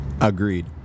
Agreed